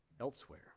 elsewhere